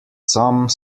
some